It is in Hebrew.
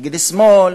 נגד שמאל,